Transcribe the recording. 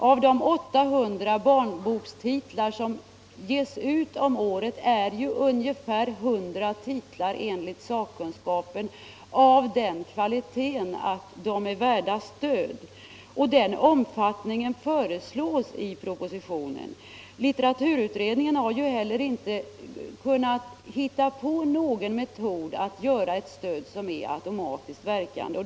Av de 800 barnbokstitlar som ges ut årligen är det enligt sakkunskapen ungefär 100 titlar som är av den kvaliteten att de är värda stöd, och den omfattningen av stödet föreslås också i propositionen. Litteraturutredningen har heller inte kunnat hitta på någon metod att konstruera ett automatiskt verkande stöd.